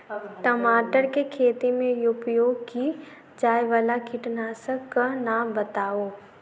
टमाटर केँ खेती मे उपयोग की जायवला कीटनासक कऽ नाम बताऊ?